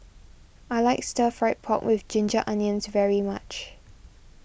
I like Stir Fried Pork with Ginger Onions very much